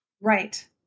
Right